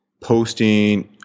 posting